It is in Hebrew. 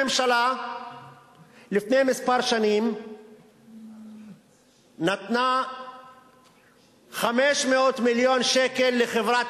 הממשלה לפני כמה שנים נתנה 500 מיליון שקל לחברת